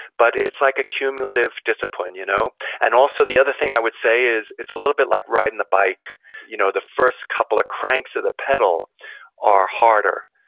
but it's like a cumulative discipline you know and also the other thing i would say is, it's a little bit like riding a bike you know the first couple of cranks of the pedal are harder,